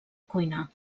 cuina